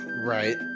Right